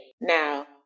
Now